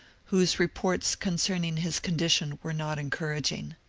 whose reports concerning his condition were not encouraging.